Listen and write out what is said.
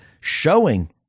showing